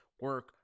Work